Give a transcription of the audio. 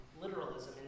literalism